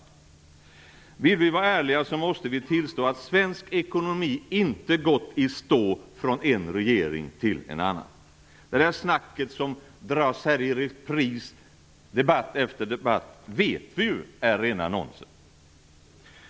Om vi vill vara ärliga måste vi tillstå att svensk ekonomi inte har gått i stå från en regering till en annan. Vi vet ju att det snack som dras i repris här debatt efter debatt är rena nonsens.